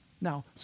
Now